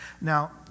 now